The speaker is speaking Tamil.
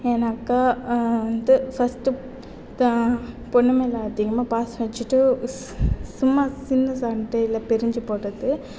ஏன்னாக்கால் ஃபஸ்ட்டு பொண்ணு மேலே அதிகமாக பாசம் வச்சுட்டு சும்மா சின்ன சண்டையில் பிரிஞ்சு போவது